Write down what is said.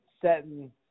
setting